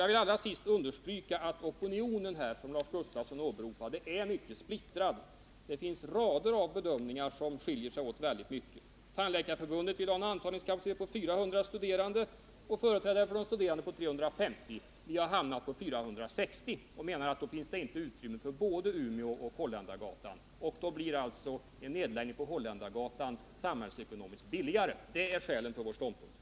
Jag vill allra sist understryka att den opinion som Lars Gustafsson åberopade är mycket splittrad. Det finns rader av bedömningar som alla skiljer sig mycket åt. Tandläkarförbundet vill ha en antagningskapacitet på 400 studerande, företrädare för de studerande vill ha 350. Vi har hamnat på 460 och menar då att det inte finns utrymme för både Umeå och Holländargatan. En nedläggning på Holländargatan blir då samhällsekonomiskt billigare. Det är skälet till vår ståndpunkt.